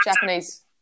Japanese